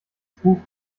buch